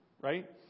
right